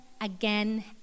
again